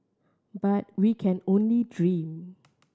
but we can only dream